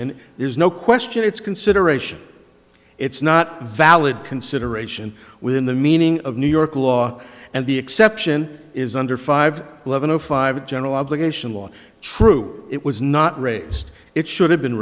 and there's no question it's consideration it's not valid consideration within the meaning of new york law and the exception is under five eleven o five a general obligation law true it was not raised it should have been